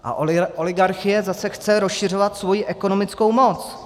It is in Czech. A oligarchie zase chce rozšiřovat svoji ekonomickou moc.